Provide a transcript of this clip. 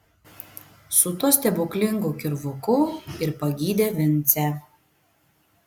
su tuo stebuklingu kirvuku ir pagydė vincę